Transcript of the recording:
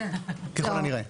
ככל הנראה.